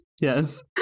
Yes